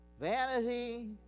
vanity